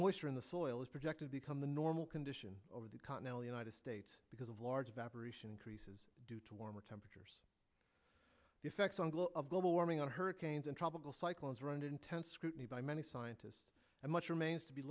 moisture in the soil is projected become the normal condition of the continental united states because of large increases due to warmer temperatures effects on global warming on hurricanes and tropical cycles are under intense scrutiny by many scientists and much remains to be